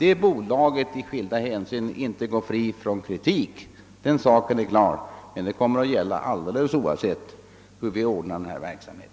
Det är klart att det bolaget inte går fritt från kritik i skilda hänseenden, men det är något som gäller alldeles oavsett hur vi ordnar denna verksamhet.